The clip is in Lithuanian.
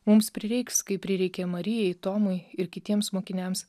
mums prireiks kaip prireikė marijai tomui ir kitiems mokiniams